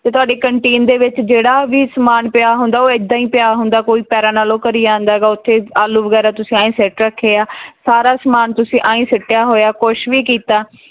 ਅਤੇ ਤੁਹਾਡੀ ਕੰਟੀਨ ਦੇ ਵਿੱਚ ਜਿਹੜਾ ਵੀ ਸਮਾਨ ਪਿਆ ਹੁੰਦਾ ਉਹ ਇੱਦਾਂ ਹੀ ਪਿਆ ਹੁੰਦਾ ਕੋਈ ਪੈਰਾਂ ਨਾਲ ਉਹ ਕਰੀ ਜਾਂਦਾ ਗਾ ਉੱਥੇ ਆਲੂ ਵਗੈਰਾ ਤੁਸੀਂ ਐਂ ਸਿੱਟ ਰੱਖੇ ਆ ਸਾਰਾ ਸਮਾਨ ਤੁਸੀਂ ਆਏਂ ਸਿੱਟਿਆ ਹੋਇਆ ਕੁਛ ਵੀ ਕੀਤਾ